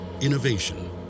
Innovation